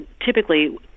typically